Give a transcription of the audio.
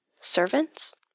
Servants